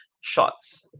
shots